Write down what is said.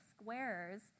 squares